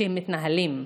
שהם מתנהלים.